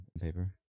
paper